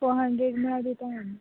four hundred म्हणल्यार दिता आमी